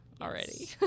already